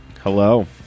hello